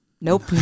nope